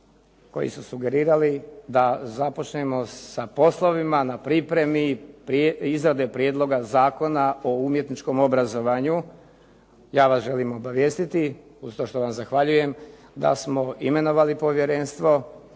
koji su sugerirali da započnemo sa poslovima na pripremi izrade Prijedloga Zakona o umjetničkom obrazovanju. Ja vas želim obavijestiti, uz to što vam zahvaljujem da smo imenovali povjerenstvo